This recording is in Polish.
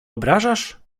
obrażasz